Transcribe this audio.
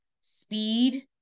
speed